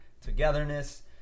togetherness